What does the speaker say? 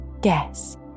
Guess